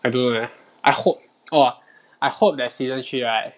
I don't know leh I hope !wah! I hope that season three right